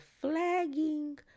flagging